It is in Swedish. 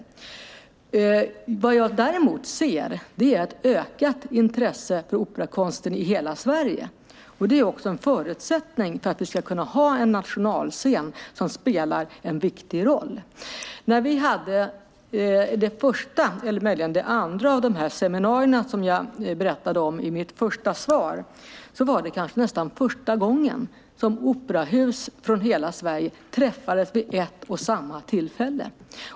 Vad jag däremot ser är ett ökat intresse i hela Sverige för operakonsten. Det är också en förutsättning för att vi ska kunna ha en nationalscen som spelar en viktig roll. När vi hade det första eller möjligen det andra av de seminarier som jag berättade om i mitt svar var det nästan första gången som operahus från hela Sverige träffades vid ett och samma tillfälle.